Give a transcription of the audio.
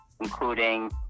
including